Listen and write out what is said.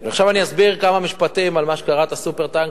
עכשיו אני אסביר כמה משפטים על מה שקראת "סופר-טנקר",